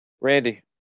Randy